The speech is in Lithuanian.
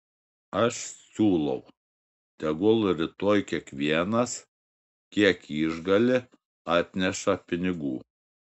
aš siūlau tegul rytoj kiekvienas kiek išgali atneša pinigų